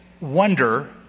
wonder